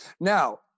Now